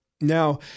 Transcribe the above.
Now